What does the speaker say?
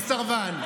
הוא סרבן.